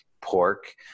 pork